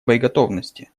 боеготовности